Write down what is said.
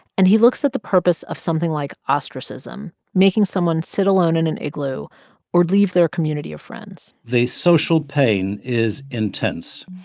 and he looks at the purpose of something like ostracism, making someone sit alone in an igloo or leave their community of friends the social pain is intense.